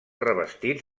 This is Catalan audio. revestits